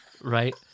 right